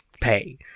pay